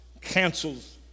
cancels